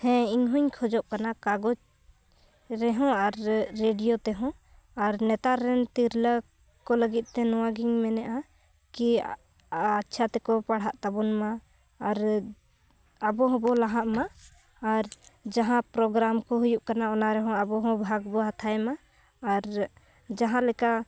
ᱦᱮᱸ ᱤᱧ ᱦᱚᱧ ᱠᱷᱚᱡᱚᱜ ᱠᱟᱱᱟ ᱠᱟᱜᱚᱡᱽ ᱨᱮᱦᱚᱸ ᱟᱨ ᱨᱮᱰᱤᱭᱳ ᱛᱮᱦᱚᱸ ᱟᱨ ᱱᱮᱛᱟᱨ ᱨᱮᱱ ᱛᱤᱨᱞᱟᱹ ᱠᱚ ᱞᱟᱹᱜᱤᱫ ᱛᱮ ᱱᱚᱣᱟ ᱜᱤᱧ ᱢᱮᱱᱮᱜᱼᱟ ᱠᱤ ᱟᱪᱪᱷᱟ ᱛᱮᱠᱚ ᱯᱟᱲᱦᱟᱜ ᱛᱟᱵᱚᱱ ᱢᱟ ᱟᱨ ᱟᱵᱚᱦᱚᱸ ᱵᱚᱱ ᱞᱟᱦᱟᱜ ᱢᱟ ᱟᱨ ᱡᱟᱦᱟᱸ ᱯᱨᱳᱜᱨᱟᱢ ᱠᱚ ᱦᱩᱭᱩᱜ ᱠᱟᱱᱟ ᱚᱱᱟ ᱨᱮᱦᱚᱸ ᱟᱵᱚ ᱦᱚᱸ ᱵᱷᱟᱜᱽ ᱵᱚᱱ ᱦᱟᱛᱟᱣ ᱢᱟ ᱟᱨ ᱡᱟᱦᱟᱸ ᱞᱮᱠᱟ